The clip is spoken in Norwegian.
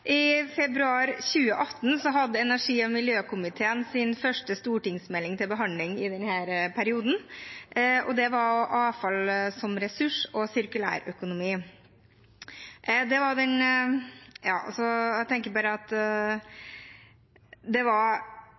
I februar 2018 hadde energi- og miljøkomiteen sin første stortingsmelding til behandling i denne perioden, og det var «Avfall som ressurs – avfallspolitikk og sirkulærøkonomi». Det var veldig bra, mye av det som kom fra regjeringen som handlet om avfall som ressurs, men så var